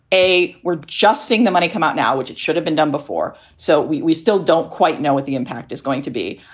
a, we're just seeing the money come out now, which it should have been done before. so we we still don't quite know what the impact is going to be.